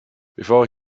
before